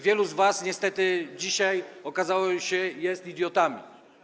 Wielu z was - niestety dzisiaj okazało się - jest idiotami.